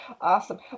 awesome